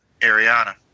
Ariana